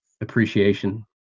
appreciation